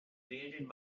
created